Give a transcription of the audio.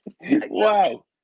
Wow